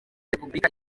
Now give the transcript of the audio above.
repubulika